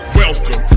welcome